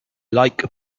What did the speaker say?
like